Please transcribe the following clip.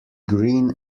green